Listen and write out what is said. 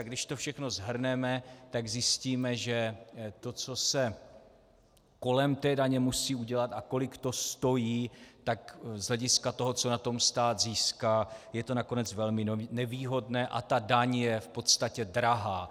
Když to všechno shrneme, tak zjistíme, že to, co se kolem té daně musí udělat a kolik to stojí, tak z hlediska toho, co na tom stát získá, je to nakonec velmi nevýhodné a ta daň je v podstatě drahá.